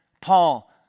Paul